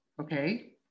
Okay